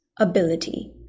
ability